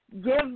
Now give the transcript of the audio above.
give